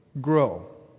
grow